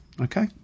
Okay